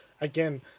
again